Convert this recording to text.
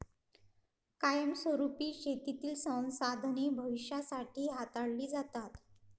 कायमस्वरुपी शेतीतील संसाधने भविष्यासाठी हाताळली जातात